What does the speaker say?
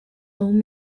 old